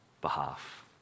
behalf